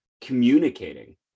communicating